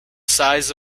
size